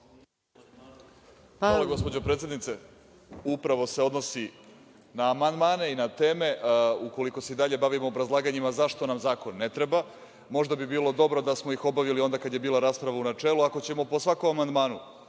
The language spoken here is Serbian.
Gospođo predsednice, upravo se odnosi na amandmane i na teme ukoliko se i dalje bavim obrazlaganjima zašto nam zakon ne treba. Možda bi bilo dobro da smo ih obavili onda kada je bila rasprava u načelu. Ako ćemo po svakom amandmanu,